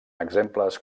exemples